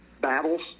battles